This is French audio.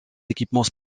équipements